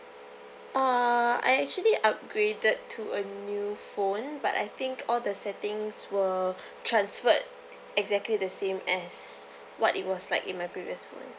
uh I actually upgraded to a new phone but I think all the settings were transferred exactly the same as what it was like in my previous [one]